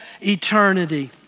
eternity